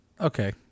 Okay